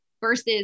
versus